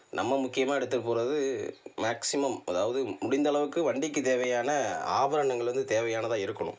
நம்ம முக்கியமாக எடுத்துகிட்டு போவது மேக்சிமம் அதாவது முடிந்த அளவுக்கு வண்டிக்கு தேவையான ஆபரணங்கள் வந்து தேவையானதாக இருக்கணும்